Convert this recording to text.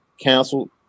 canceled